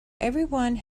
everyone